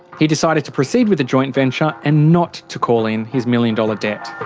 he decided to proceed with the joint venture, and not to call in his million-dollar debt.